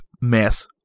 mess